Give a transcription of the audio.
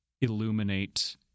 illuminate